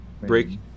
Break